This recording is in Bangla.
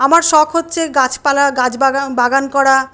আমার শখ হচ্ছে গাছপালা বাগান করা